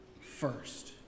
first